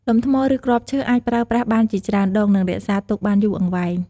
ដុំថ្ម ឬគ្រាប់ឈើអាចប្រើប្រាស់បានជាច្រើនដង និងរក្សាទុកបានយូរអង្វែង។